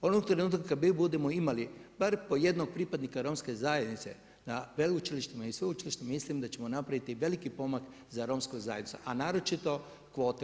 Onog trenutka kada mi budemo imali barem po jednog pripadnika romske zajednice na veleučilištima i sveučilištima mislim da ćemo napraviti veliki pomak za romsku zajednicu, a naročito kvote.